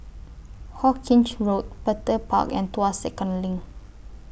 Hawkinge Road Petir Park and Tuas Second LINK